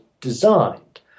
designed